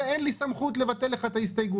זה אין לי סמכות לבטל לך את ההסתייגות,